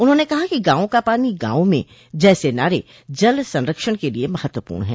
उन्होंने कहा कि गांव का पानी गांव में जैसे नारे जल संरक्षण के लिये महत्वपूर्ण है